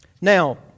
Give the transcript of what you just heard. Now